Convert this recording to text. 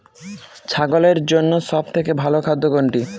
ছাগলের জন্য সব থেকে ভালো খাদ্য কোনটি?